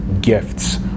gifts